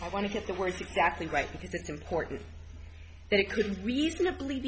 i want to get that was exactly right because it's important that it could reasonably